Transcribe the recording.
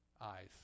eyes